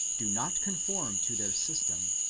do not conform to their system,